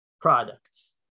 products